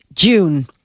june